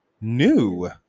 new